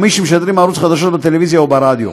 או מי שמשדרים ערוץ חדשות בטלוויזיה או ברדיו.